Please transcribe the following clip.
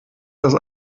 dass